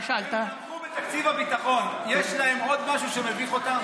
תמכו בתקציב הביטחון, יש משהו שמביך אותם?